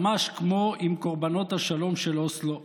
ממש כמו עם קורבנות השלום של אוסלו,